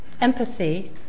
empathy